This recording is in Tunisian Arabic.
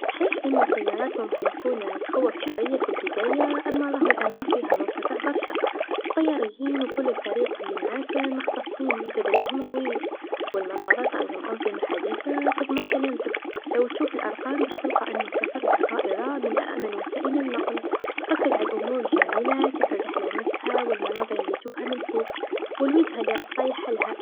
صحيح أنو الطيارات ممكن تكون تخوف شويا في البدايه، أما راهو فيها الأمان مرتفع فيها برشا، الطياريين و كل الفريق لمعاك مختصين و تدريبهم طويل و المطارات عندهم أنظمه حديثه تضمن سلامتك، لو تشوف الأرقام باش تلقى أنو السفر بالطائرا من أأمن وسائل النقل، ركز على الأمور الجميله كيف الرحله نفسها و المناظر لتشوفها من الفوق و الوجها لراك رايحلها.